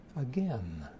again